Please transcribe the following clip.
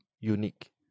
unique